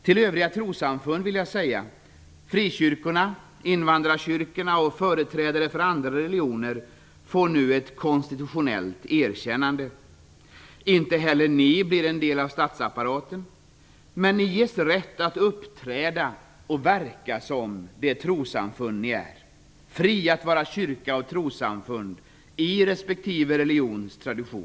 Till övriga trossamfund, frikyrkor, invandrarkyrkor och företrädare för andra religioner, vill jag säga att ni nu får ett konstitutionellt erkännande. Inte heller ni blir en del av statsapparaten. Ni ges rätt att uppträda och verka som de trossamfund ni är. Ni blir fria att vara kyrkor och trossamfund i era respektive religioners tradition.